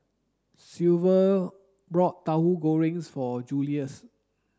silver bought Tauhu Goreng for Julious